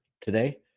today